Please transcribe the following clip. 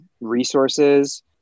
resources